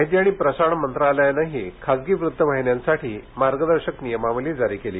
माहिती आणि प्रसारण मंत्रालयानंही खासगी वृत्त वाहिन्यांसाठी मार्गदर्शक नियमावली जारी केली